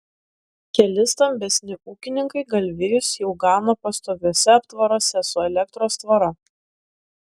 keli stambesni ūkininkai galvijus jau gano pastoviuose aptvaruose su elektros tvora